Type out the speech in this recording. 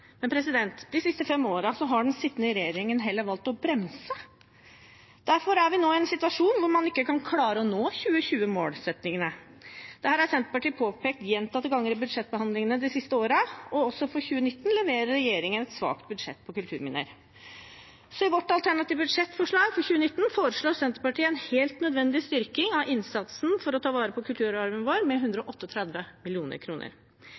Men de siste fem årene har den sittende regjeringen heller valgt å bremse. Derfor er vi nå i en situasjon hvor man ikke kan klare å nå 2020-målsettingene. Dette har Senterpartiet påpekt gjentatte ganger i budsjettbehandlingene de siste årene, og også for 2019 leverer regjeringen et svakt budsjett for kulturminner. I vårt alternative budsjettforslag for 2019 foreslår Senterpartiet derfor en helt nødvendig styrking av innsatsen for å ta vare på kulturarven vår, med